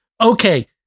okay